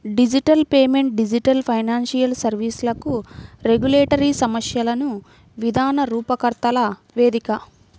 digital payment digital financial సర్వీస్లకు regulatory సమస్యలను విధాన రూపకర్తల వేదిక